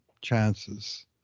chances